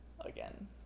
Again